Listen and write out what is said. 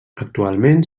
actualment